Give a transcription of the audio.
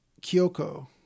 Kyoko